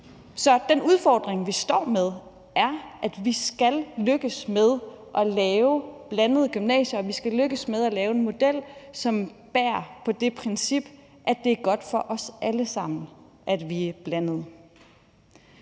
Så den udfordring, vi står med, er, at vi skal lykkes med at lave blandede gymnasier, og at vi skal lykkes med at lave en model, som hviler på det princip, at det er godt for os alle sammen, at vi er blandede.